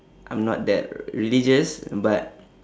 I'm not that religious but